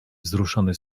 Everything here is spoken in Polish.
wzruszony